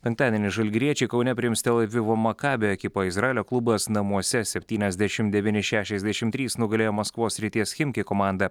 penktadienį žalgiriečiai kaune priims tel avivo makabio ekipą izraelio klubas namuose septyniasdešim devyni šešiasdešim trys nugalėjo maskvos srities chimki komandą